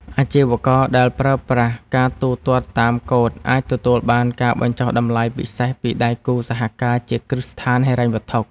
អាជីវករដែលប្រើប្រាស់ការទូទាត់តាមកូដអាចទទួលបានការបញ្ចុះតម្លៃពិសេសពីដៃគូសហការជាគ្រឹះស្ថានហិរញ្ញវត្ថុ។